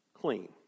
clean